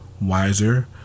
wiser